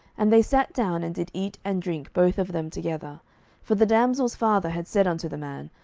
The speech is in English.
and they sat down, and did eat and drink both of them together for the damsel's father had said unto the man,